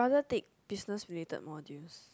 rather take business related to modules